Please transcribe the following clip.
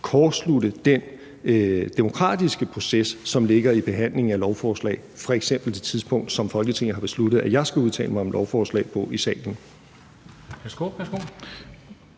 kortslutte den demokratiske proces, som ligger i behandlingen af et lovforslag, f.eks. hvad angår det tidspunkt, som Folketinget har besluttet at jeg skal udtale mig om lovforslaget på i salen.